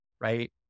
Right